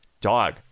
dog